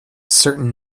certain